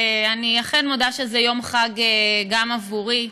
אני אכן מודה שזה יום חג גם עבורי.